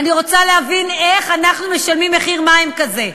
ואני רוצה להבין איך אנחנו משלמים מחיר מים כזה.